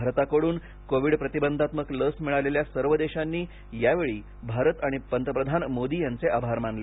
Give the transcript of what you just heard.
भारताकडून कोविड प्रतिबंधात्मक लस मिळालेल्या सर्व देशांनी यावेळी भारत आणि पंतप्रधान मोदी यांचे आभार मानले